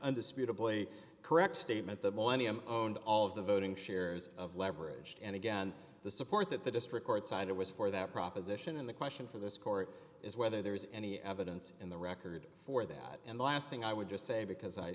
undisputably correct statement the ne m owned all of the voting shares of leverage and again the support that the district court cited was for that proposition and the question for this court is whether there is any evidence in the record for that and last thing i would just say because i